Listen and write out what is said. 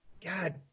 God